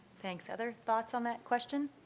thanks. other thoughts on that question?